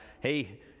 Hey